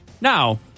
now